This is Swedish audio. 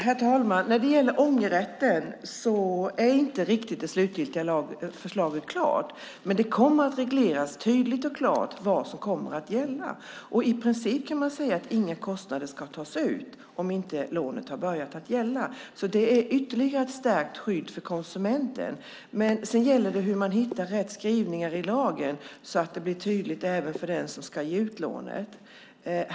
Herr talman! Det slutgiltiga lagförslaget är inte riktigt klart när det gäller ångerrätten, men det kommer att regleras tydligt och klart vad som kommer att gälla. I princip kan man säga att inga kostnader ska tas ut om lånet inte har börjat gälla. Det är ytterligare ett stärkt skydd för konsumenten. Sedan gäller det att hitta rätt skrivningar i lagen så att det blir tydligt även för den som ska ge ut lånet.